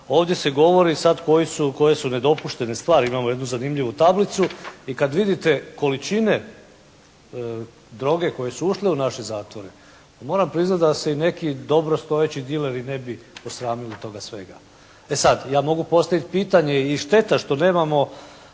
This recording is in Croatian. ovdje se govori sad koje su nedopuštene stvari. Imamo jednu zanimljivu tablicu i kad vidite količine droge koje su ušle u naše zatvore, moram priznati da se i neki dobrostojeći dileri ne bi posramili toga svega. E sad, ja mogu postaviti pitanje i šteta što nemamo